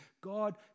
God